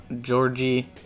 Georgie